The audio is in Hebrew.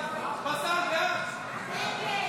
79), התשפ"ד 2024, נתקבל.